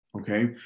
Okay